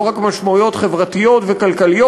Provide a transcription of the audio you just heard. לא רק משמעויות חברתיות וכלכליות.